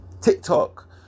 TikTok